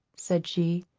said she,